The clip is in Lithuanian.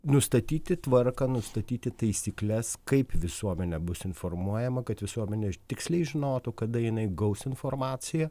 nustatyti tvarką nustatyti taisykles kaip visuomenė bus informuojama kad visuomenė tiksliai žinotų kada jinai gaus informaciją